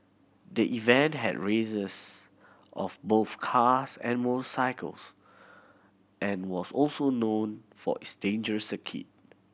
the event had races of both cars and motorcycles and was also known for its dangerous circuit